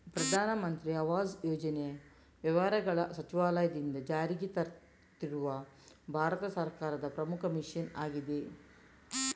ಪ್ರಧಾನ ಮಂತ್ರಿ ಆವಾಸ್ ಯೋಜನೆ ವ್ಯವಹಾರಗಳ ಸಚಿವಾಲಯದಿಂದ ಜಾರಿಗೆ ತರುತ್ತಿರುವ ಭಾರತ ಸರ್ಕಾರದ ಪ್ರಮುಖ ಮಿಷನ್ ಆಗಿದೆ